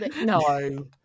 No